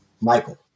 Michael